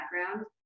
background